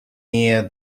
near